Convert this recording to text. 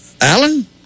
Alan